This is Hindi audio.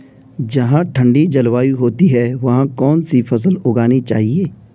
जहाँ ठंडी जलवायु होती है वहाँ कौन सी फसल उगानी चाहिये?